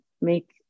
make